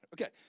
Okay